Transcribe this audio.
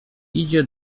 idzie